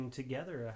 together